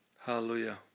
Hallelujah